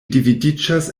dividiĝas